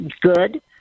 good